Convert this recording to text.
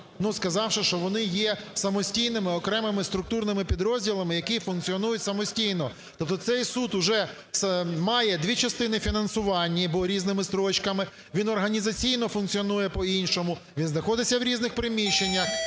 сказавши, що вони є самостійними, окремими структурними підрозділами, які функціонують самостійно. Тобто цей суд уже має дві частини фінансування, бо різними строчками, він організаційно функціонує по-іншому, він знаходиться в різних приміщеннях,